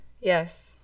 Yes